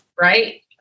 right